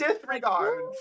disregards